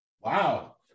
Wow